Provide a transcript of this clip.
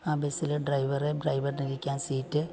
ആ ബസ്സിലെ ഡ്രൈവറ് ഡ്രൈവറിനിരിക്കാന് സീറ്റ്